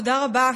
תודה רבה.